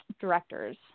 directors